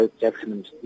Jackson